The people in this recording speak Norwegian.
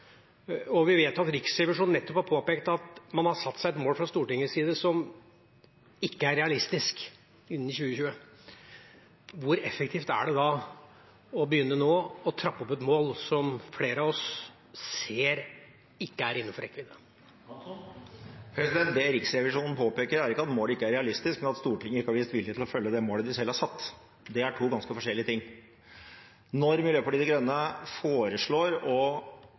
landbruk». Vi vet at Riksrevisjonen nettopp har påpekt at man har satt seg et mål fra Stortingets side som ikke er realistisk innen 2020. Hvor effektivt er det da å begynne nå å trappe opp et mål som flere av oss ser ikke er innenfor rekkevidde? Det Riksrevisjonen påpeker, er ikke at målet ikke er realistisk, men at Stortinget ikke har vist vilje til å følge det målet de selv har satt. Det er to ganske forskjellige ting. Når Miljøpartiet De Grønne foreslår